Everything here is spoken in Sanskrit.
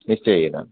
निश्चयेन